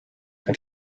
have